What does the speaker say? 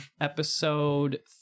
episode